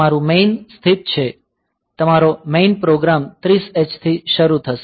તમારું મેઇન સ્થિત છે તમારો મેઇન પ્રોગ્રામ 30h થી શરૂ થશે